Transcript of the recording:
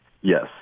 Yes